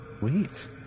Wait